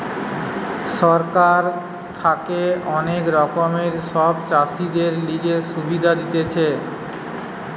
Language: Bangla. সরকার থাকে অনেক রকমের সব চাষীদের লিগে সুবিধা দিতেছে